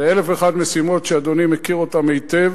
לאלף ואחת משימות שאדוני מכיר אותן היטב.